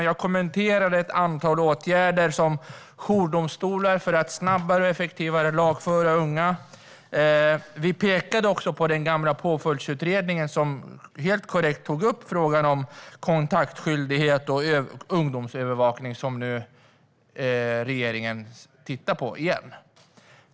Jag kommenterade ett antal åtgärder, som jourdomstolar för att snabbare och effektivare lagföra unga, och vi pekade också på den gamla påföljdsutredningen, som helt korrekt tog upp frågan om kontaktskyldighet och ungdomsövervakning, som regeringen nu tittar på igen.